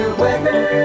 weather